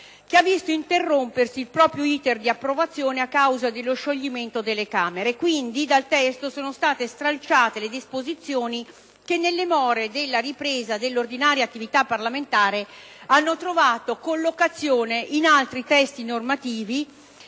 che ha visto interrompersi il proprio *iter* di approvazione a causa dello scioglimento delle Camere. Dal testo sono state stralciate le disposizioni che, nelle more della ripresa dell'ordinaria attività parlamentare, hanno trovato collocazione in altri testi normativi.